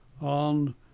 on